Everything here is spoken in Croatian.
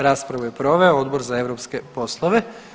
Raspravu je proveo Odbor za europske poslove.